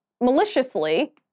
maliciously